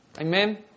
Amen